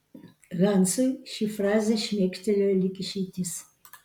hansui ši frazė šmėkštelėjo lyg išeitis